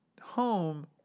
home